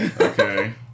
Okay